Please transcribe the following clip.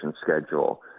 schedule